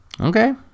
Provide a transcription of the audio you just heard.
Okay